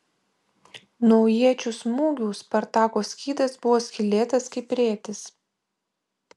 nuo iečių smūgių spartako skydas buvo skylėtas kaip rėtis